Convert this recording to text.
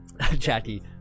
Jackie